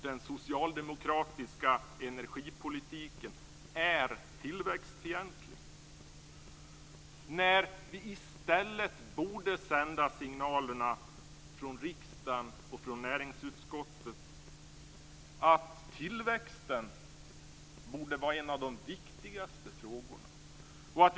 Den socialdemokratiska energipolitiken är tillväxtfientlig, när vi i stället borde sända signaler från riksdagen och från näringsutskottet om att tillväxten borde vara en av de viktigaste frågorna.